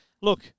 Look